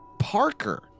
parker